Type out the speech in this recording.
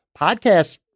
podcasts